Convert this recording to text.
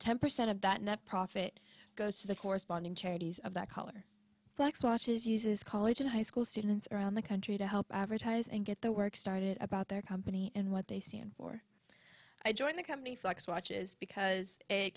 ten percent of that net profit goes to the corresponding charities of that color black swatches uses college and high school students around the country to help advertise and get the work started about their company and what they stand for i joined the company fox watches because it